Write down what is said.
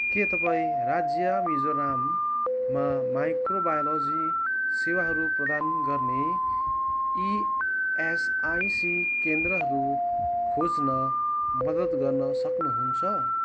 के तपाईँँ राज्य मिजोराममा माइक्रोबायोलोजी सेवाहरू प्रदान गर्ने इएसआइसी केन्द्रहरू खोज्न मद्दत गर्न सक्नुहुन्छ